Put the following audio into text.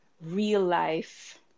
real-life